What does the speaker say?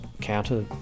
counter